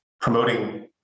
promoting